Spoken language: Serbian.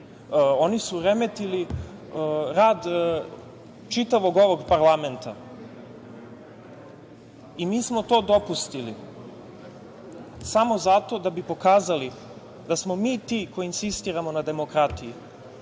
oni su remetili rad čitavog ovog parlamenta i mi smo to dopustili samo zato da bi pokazali da smo mi ti koji insistiramo na demokratiji.